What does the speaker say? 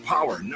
Power